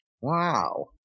Wow